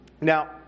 Now